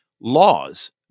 laws